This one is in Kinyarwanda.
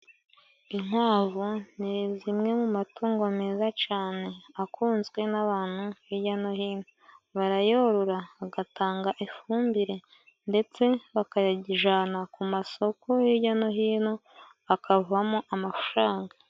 Inkwavu ni zimwe mu matungo meza cane akunzwe n'abantu, hirya no hino barayorora agatanga ifumbire ndetse bakayagijana, ku masoko hirya no hino akavamo amafaranga.